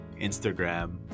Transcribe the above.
instagram